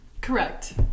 correct